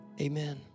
Amen